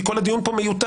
כי כל הדיון פה מיותר.